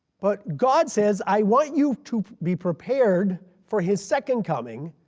but god says i want you to be prepared for his second coming,